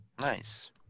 Nice